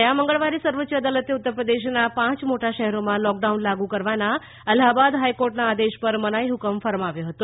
ગયા મંગળવારે સર્વોચ્ય અદાલતે ઉત્તર પ્રદેશના પાંચ મોટા શહેરોમાં લોકડાઉન લાગુ કરવાના અલ્હાબાદ હાઇકોર્ટના આદેશ પર મનાઈહુકમ ફરમાવ્યો હતો